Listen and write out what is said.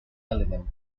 element